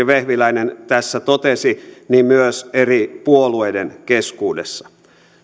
vehviläinen tässä totesi myös eri puolueiden keskuudessa